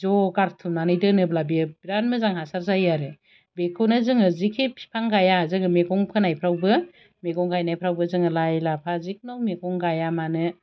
ज' गारथुमनानै दोनोब्ला बेयो बिराथ मोजां हासार जायो आरो बेखौनो जोङो जिखि फिफां गाइया जोङो मेगं फोनायफ्रावबो मेगं गायनायफ्रावबो जोङो लाय लाफा जिखुनु मेगं गाइया मानो